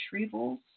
retrievals